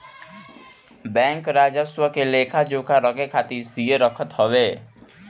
bank राजस्व क लेखा जोखा रखे खातिर सीए रखत हवे